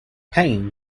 paine